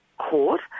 court